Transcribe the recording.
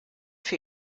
für